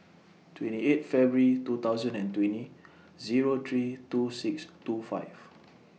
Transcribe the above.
twenty eight February two thousand and twenty Zero three two six two five